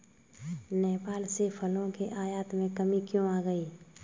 नेपाल से फलों के आयात में कमी क्यों आ गई?